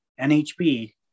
NHB